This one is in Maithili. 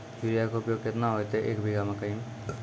यूरिया के उपयोग केतना होइतै, एक बीघा मकई मे?